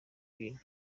bintu